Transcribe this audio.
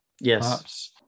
Yes